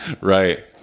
Right